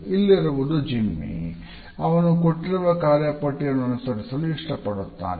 ಇಲ್ಲಿರುವುದು ಜಿಮ್ಮಿ ಅವನು ಕೊಟ್ಟಿರುವ ಕಾರ್ಯಪಟ್ಟಿಯನ್ನು ಅನುಸರಿಸಲು ಇಷ್ಟಪಡುತ್ತಾನೆ